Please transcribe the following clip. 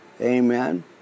Amen